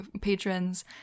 patrons